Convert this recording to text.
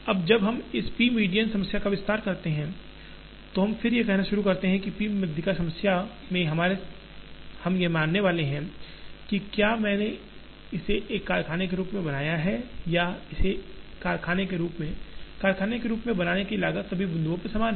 अब जब हम इस p मीडियन समस्या का विस्तार करते हैं और फिर हम कहना शुरू करते हैं p माध्यिका समस्या में हम यह मानने वाले हैं कि क्या मैंने इसे एक कारखाने के रूप में बनाया है या इसे कारखाने के रूप में कारखाने के रूप में बनाने की लागत सभी बिंदुओं पर समान है